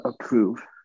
approve